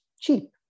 cheap